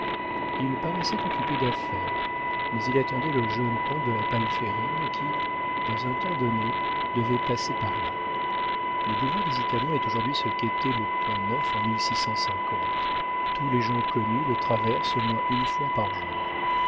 il paraissait occupé d'affaires mais il attendait le jeune comte de la palférine qui dans un temps donné devait passer par là le boulevard des italiens est aujourd'hui ce qu'était le pont-neuf en tous les gens connus le traversent au moins une fois par jour